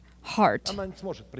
heart